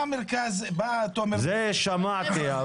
בא תומר מהמרכז --- את זה שמעתי,